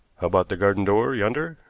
about the garden door, yonder?